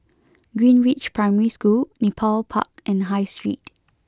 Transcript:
Greenridge Primary School Nepal Park and High Street